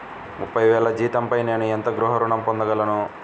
ముప్పై వేల జీతంపై నేను ఎంత గృహ ఋణం పొందగలను?